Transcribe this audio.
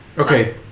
Okay